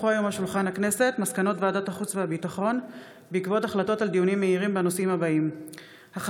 מסקנות ועדת החוץ והביטחון בעקבות דיונים מהירים בהצעתם של